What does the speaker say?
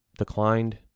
declined